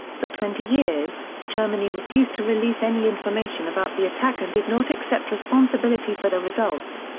for twenty years, germany refused to release any information about the attack and did not accept responsibility for the results.